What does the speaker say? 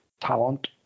talent